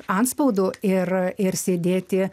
antspaudu ir ir sėdėti